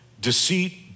Deceit